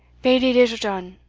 bailie littlejohn,